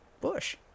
Bush